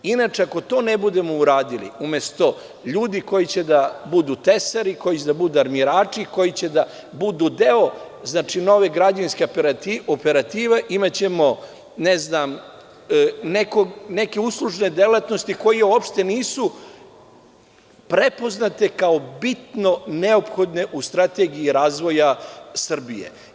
Inače, ako to ne budemo uradili, umesto ljudi koji će da budu tesari, koji će da budu armirači, koji će da budu deo nove građevinske operative, imaćemo neke uslužne delatnosti koje uopšte nisu prepoznate kao bitno neophodne u strategiji razvoja Srbije.